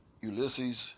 Ulysses